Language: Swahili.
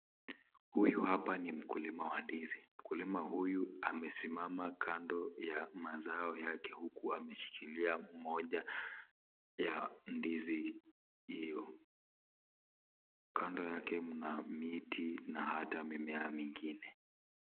Huyu hapa ni mkulima wa ndizi, mkulima huyu amesimama kando ya mazao yake huku ameshikilia mmoja ya ndizi hiyo. Kando yake mna miti na hata mimea mingine.